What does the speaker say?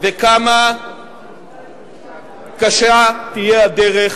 וכמה קשה תהיה הדרך